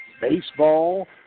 baseball